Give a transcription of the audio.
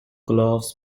gloves